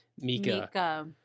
Mika